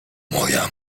moja